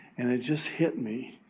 and it just hit me.